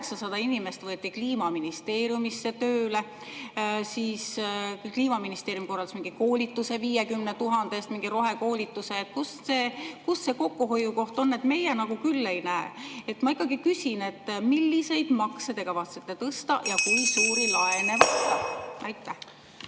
inimest võeti Kliimaministeeriumisse tööle, Kliimaministeerium korraldas mingi koolituse 50 000 [euro] eest, mingi rohekoolituse. Kus see kokkuhoiukoht on? Meie küll ei näe. Ma ikkagi küsin: milliseid makse te kavatsete tõsta ja kui suuri laene võtta? Aitäh,